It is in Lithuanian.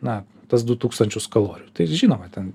na tuos du tūkstančius kalorijų tai žinoma ten